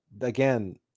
again